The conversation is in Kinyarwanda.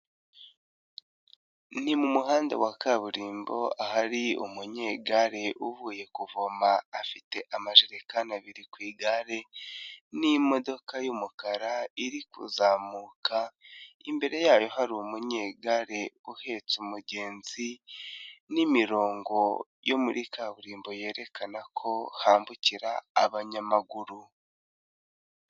Ni mumuhanda wa kaburimbo ahari umunyegare uvuye kuvoma, afite amajerekani abiri ku igare, n'imodoka y'umukara iri kuzamuka, imbere yayo hari umunyegare uhetse umugenzi, n'imirongo yo muri kaburimbo yerekana ko hambukira abanyamaguru.